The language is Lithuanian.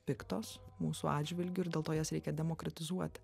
piktos mūsų atžvilgiu ir dėl to jas reikia demokratizuoti